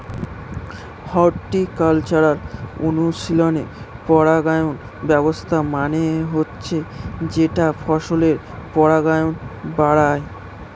horticultural অনুশীলনে পরাগায়ন ব্যবস্থা মানে হচ্ছে যেটা ফসলের পরাগায়ন বাড়ায়